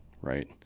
right